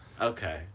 Okay